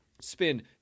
spin